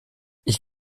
ich